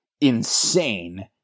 insane